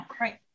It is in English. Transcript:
Right